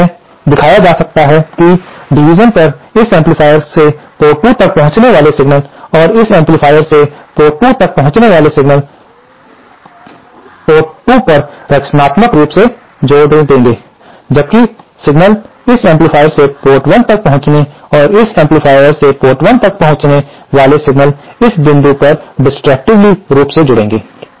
अब यह दिखाया जा सकता है कि डिवीजन पर इस एम्पलीफायर से पोर्ट 2 तक पहुंचने वाले सिग्नल और इस एम्पलीफायर से पोर्ट 2 तक पहुंचने वाले सिग्नल पोर्ट 2 पर रचनात्मक रूप से जोड़ देंगे जबकि सिग्नल इस एम्पलीफायर से पोर्ट 1 तक पहुँचने और इस एम्पलीफायर से पोर्ट 1 तक पहुंचने वाले सिग्नल इस बिंदु पर डेसट्रक्टिवेली रूप से जुड़ेंगे